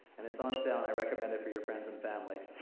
and it's on sale and i recommend it for your friends and family.